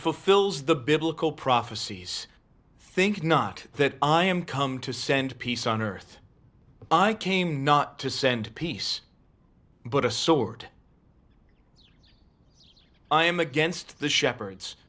fulfills the biblical prophecies think not that i am come to send peace on earth i came not to send peace but a sword i am against the shepherds